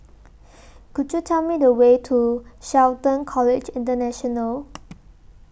Could YOU Tell Me The Way to Shelton College International